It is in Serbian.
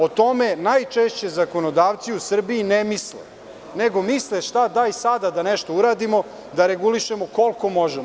O tome najčešće zakonodavci u Srbiji ne misle, nego misle - daj sada nešto da uradimo, da regulišemo koliko možemo.